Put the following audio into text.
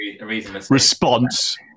response